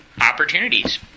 opportunities